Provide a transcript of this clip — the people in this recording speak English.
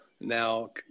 now